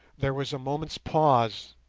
there was a moment's pause,